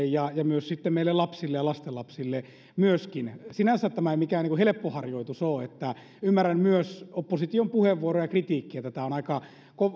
ja myöskin sitten meille lapsille ja lastenlapsille sinänsä tämä ei mikään helppo harjoitus ole ja ymmärrän myös opposition puheenvuoroja ja kritiikkiä että tämä on aika